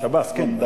שב"ס, כן.